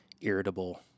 irritable